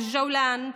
אל-ג'ולן,